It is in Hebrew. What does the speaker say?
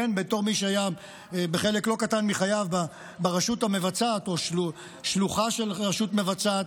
בתור מי שהיה בחלק לא קטן מחייו ברשות המבצעת או שלוחה של רשות מבצעת.